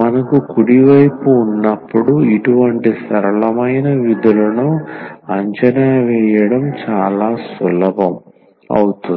మనకు కుడి వైపు ఉన్నప్పుడు ఇటువంటి సరళమైన విధులను అంచనా వేయడం చాలా సులభం అవుతుంది